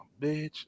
bitch